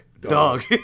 dog